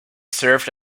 served